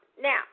Now